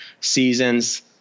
seasons